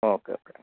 okay okay